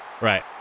Right